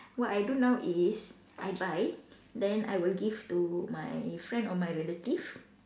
what I do now is I buy then I will give to my friend or my relative